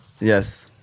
Yes